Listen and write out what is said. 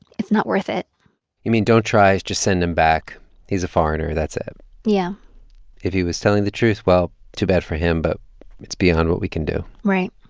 it's not worth it you mean, don't try. just send him back. he's a foreigner. that's it yeah if he was telling the truth, well, too bad for him, but it's beyond what we can do right